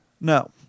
No